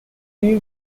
he’ll